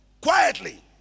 quietly